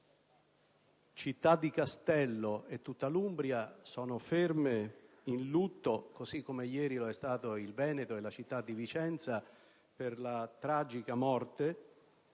Città di Castello e tutta l'Umbria sono in lutto, così come ieri lo sono stati il Veneto e la città di Vicenza, per la tragica morte